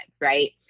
right